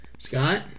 Scott